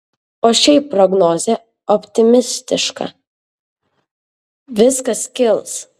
o šiaip prognozė optimistiška viskas kils